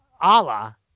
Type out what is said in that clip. Allah